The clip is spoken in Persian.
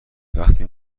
وقتی